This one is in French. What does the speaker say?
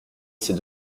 ses